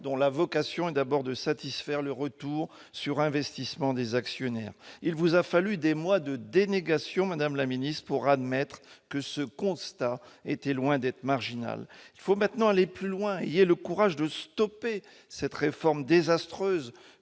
dont la vocation est d'abord de satisfaire le retour sur investissement des actionnaires. Il vous a fallu des mois de dénégation, madame la ministre, avant d'admettre que ce constat était loin d'être marginal. Il faut maintenant aller plus loin : ayez le courage de stopper cette réforme désastreuse